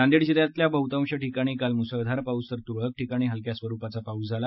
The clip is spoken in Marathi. नांदेड जिल्ह्यातल्या बहुतांश ठिकाणी काल मुसळधार पाऊस तर तुरळक ठिकाणी हलक्या स्वरुपाचा पाऊस झाला